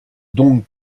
donc